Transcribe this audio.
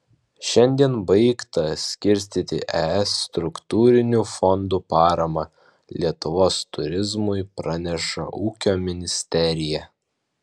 šiandien baigta skirstyti es struktūrinių fondų parama lietuvos turizmui praneša ūkio ministerija